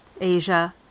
Asia